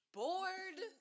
bored